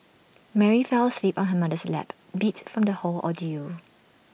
Mary fell asleep on her mother's lap beat from the whole ordeal